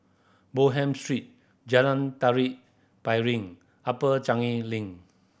Bonham Street Jalan Tari Piring Upper Changi Link